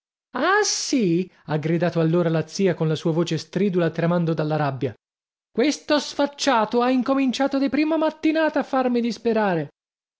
ah sì ha gridato allora la zia con la sua voce stridula e tremando dalla rabbia questo sfacciato ha incominciato di prima mattinata a farmi disperare